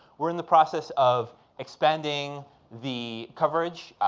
we're in the process of expanding the coverage,